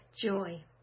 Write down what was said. joy